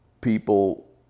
people